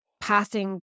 passing